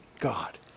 God